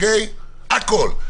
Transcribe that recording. הכול,